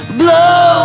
blow